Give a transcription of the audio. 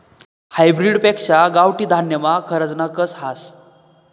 hybrid पेक्शा गावठी धान्यमा खरजना कस हास